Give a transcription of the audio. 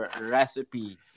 recipe